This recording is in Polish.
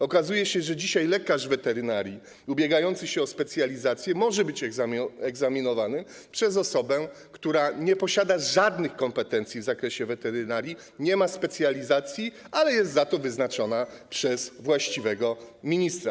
Okazuje się, że dzisiaj lekarz weterynarii ubiegający się o specjalizację może być egzaminowany przez osobę, która nie posiada żadnych kompetencji w zakresie weterynarii, nie ma specjalizacji, ale jest za to wyznaczona przez właściwego ministra.